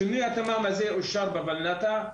שינוי התמ"מ הזה אושר בוולנת"ע,